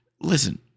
listen